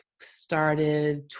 started